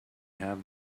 have